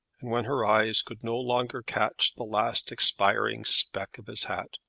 and when her eyes could no longer catch the last expiring speck of his hat,